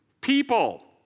People